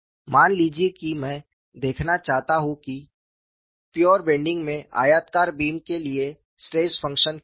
मान लीजिए कि मैं देखना चाहता हूं कि प्यूयर बेन्डिंग में आयताकार बीम के लिए स्ट्रेस फंक्शन क्या है